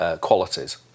qualities